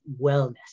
wellness